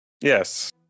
Yes